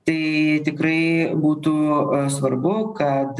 tai tikrai būtų svarbu kad